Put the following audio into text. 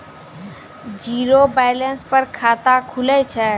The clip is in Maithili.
जीरो बैलेंस पर खाता खुले छै?